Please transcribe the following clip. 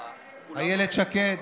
אילת שקד,